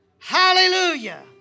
Hallelujah